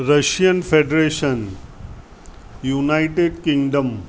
Russian federation United Kingdom